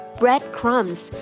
breadcrumbs